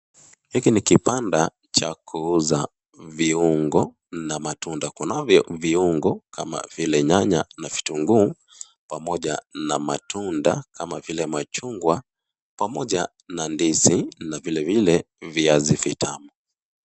Hiki ni kibanda cha kuuza viungo na matunda, kunavyo viungo kama vile nyanya na vitunguu pamoja na matunda kama vile machungwa pamoja na ndizi na vilevile viazi vitamu.